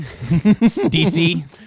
DC